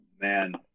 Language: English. man